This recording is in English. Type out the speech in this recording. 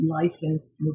licensed